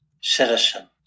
citizen